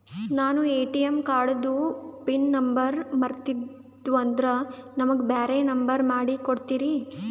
ನಾನು ಎ.ಟಿ.ಎಂ ಕಾರ್ಡಿಂದು pin number ಮರತೀವಂದ್ರ ನಮಗ ಬ್ಯಾರೆ ನಂಬರ್ ಮಾಡಿ ಕೊಡ್ತೀರಿ?